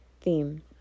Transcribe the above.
theme